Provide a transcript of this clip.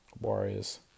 Warriors